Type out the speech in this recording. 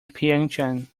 pyeongchang